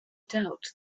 doubt